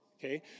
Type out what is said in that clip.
Okay